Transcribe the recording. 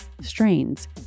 strains